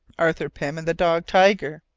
arthur pym, and the dog tiger.